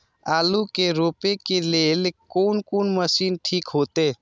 आलू के रोपे के लेल कोन कोन मशीन ठीक होते?